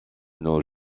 nos